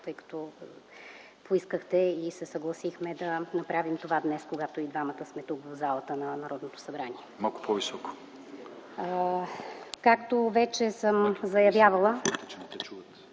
тъй като поискахте и се съгласихме да направим това днес, когато и двамата сме тук, в залата на Народното събрание. Както вече съм заявявала